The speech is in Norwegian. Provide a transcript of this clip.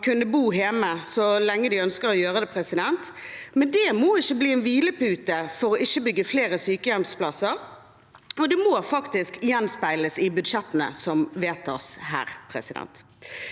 kunne bo hjemme så lenge de ønsker å gjøre det, men det må ikke bli en hvilepute for ikke å bygge flere sykehjemsplasser – og det må faktisk gjenspeiles i budsjettene som vedtas her. De